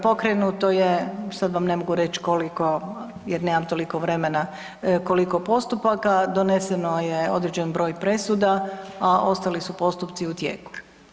Pokrenuto je, sad vam ne mogu reći koliko jel nemam toliko vremena, koliko postupaka, doneseno je određen broj presuda, a ostali su postupci u tijeku.